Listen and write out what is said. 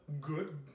good